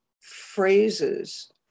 phrases